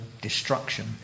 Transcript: destruction